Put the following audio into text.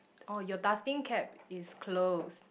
oh your dustbin cap is closed